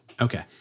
Okay